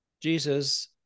jesus